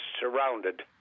surrounded